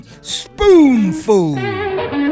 Spoonful